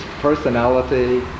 personality